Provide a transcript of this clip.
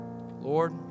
Lord